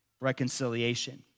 reconciliation